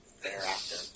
thereafter